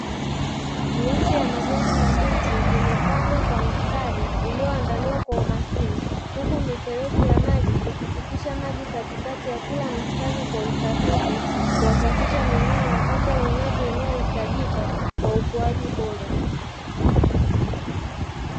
Miche ya majani mabichi imepandwa kwa mstari ulioandaliwa kwa umakini, huku mifereji ya maji ikipitisha maji katikati ya kila mstari kwa usahihi, kuhakikisha mimea inapata unyevu unaohiitajika kwa ukuaji bora